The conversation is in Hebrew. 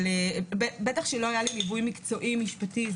בטח שלא היה לי גיבוי מקצועי משפטי.